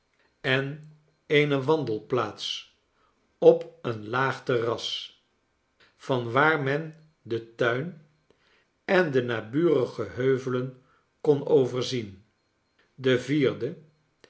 en eene wandelplaats op een laag terras vanwaar men den tuin en de naburige heuvelen kon overzien de vierde